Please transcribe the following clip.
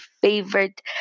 favorite